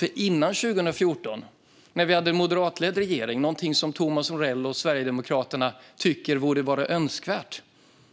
Före 2014 med en moderatledd regering - något som Thomas Morell och Sverigedemokraterna tycker är önskvärt;